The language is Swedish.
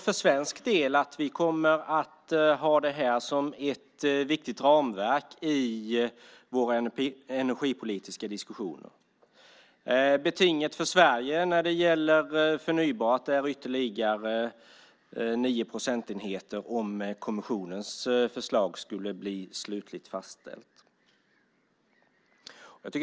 För svensk del kommer vi att ha det som ett viktigt ramverk i våra energipolitiska diskussioner. Betinget för Sverige när det gäller förnybart är ytterligare 9 procentenheter om kommissionens förslag blir slutligt fastställt.